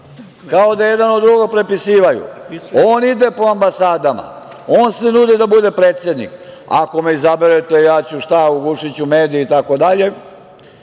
kao da je jedan od drugog prepisuju. On ide po ambasadama, on se nudi da bude predsednik, ako me izaberete, ja ću šta, ugušiću medije, itd.